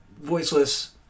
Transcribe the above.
voiceless